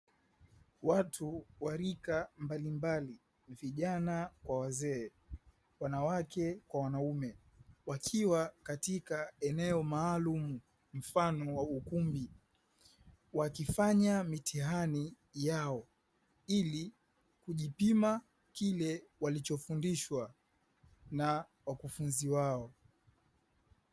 Watu wa rika mbalimbali vijana kwa wazee, wanawake kwa wanaume wakiwa katika eneo maalumu mfano wa ukumbi wakifanya mitihani yao ili kujipima kile walichofundishwa na wakufunzi wao.